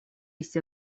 есть